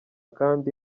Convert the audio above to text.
kandi